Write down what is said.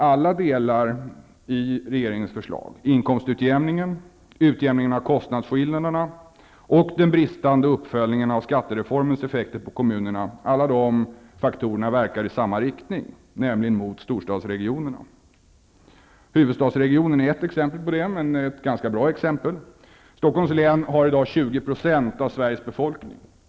Alla delar i regeringens förslag -- verkar i samma riktning, nämligen mot storstadsregionerna. Huvudstadsregionen är ett ganska bra exempel på det. Stockholms län har i dag 20 % av Sveriges befolkning.